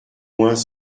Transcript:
moins